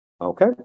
okay